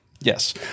Yes